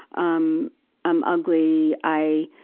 um i'm ugly. i